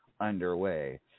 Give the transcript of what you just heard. underway